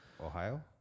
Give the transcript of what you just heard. Ohio